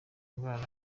indwara